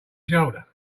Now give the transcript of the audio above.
shoulder